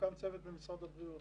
הוקם צוות במשרד הבריאות